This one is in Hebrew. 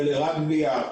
חלק רק גבייה,